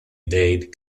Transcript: dade